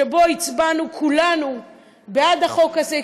שבו הצבענו כולנו בעד החוק הזה,